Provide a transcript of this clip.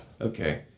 Okay